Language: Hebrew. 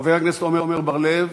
חבר הכנסת עמר בר-לב,